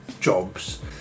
jobs